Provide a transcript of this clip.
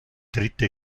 dritte